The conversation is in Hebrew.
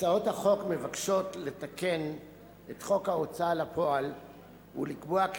הצעות החוק מבקשות לתקן את חוק ההוצאה לפועל ולקבוע כי